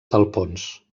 talpons